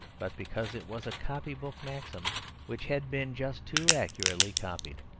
but because it was a copy-book maxim which had been just too accurately copied.